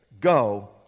Go